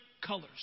colors